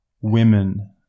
women